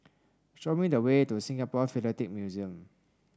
show me the way to Singapore Philatelic Museum